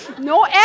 No